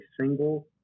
single